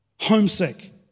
homesick